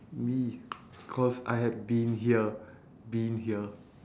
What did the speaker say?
me cause I had been here been here